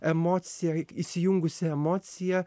emocija įsijungusi emociją